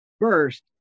First